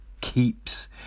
keeps